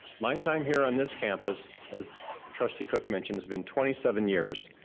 my time here on this campus as trustee cook mentioned has been twenty seven years.